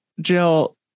Jill